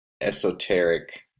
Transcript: esoteric